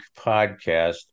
podcast